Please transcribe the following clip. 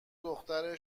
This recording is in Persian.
دختر